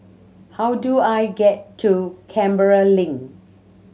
how do I get to Canberra Link